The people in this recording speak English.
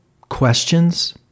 questions